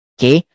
Okay